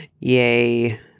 yay